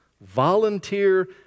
volunteer